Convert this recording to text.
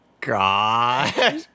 God